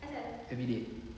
everyday